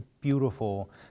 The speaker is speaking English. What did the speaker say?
beautiful